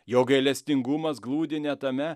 jo gailestingumas glūdi ne tame